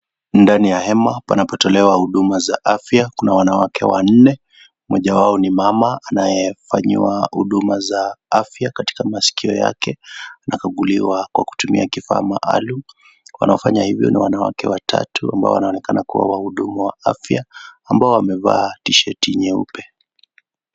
Ndani ya hema panapotolewa huduma za afya. Kuna wanawake wanne, mmoja wao ni mama anaye fanyiwa huduma za afya katika maskio yake. Anakaguluwa kwa kutumia kifaa maalum, wanaofanya hivyo ni wanawake watatu ambao wanaonekana kuwa wahudumu wa afya ambao wamevaa tisheti nyeupe.